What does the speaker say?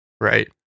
Right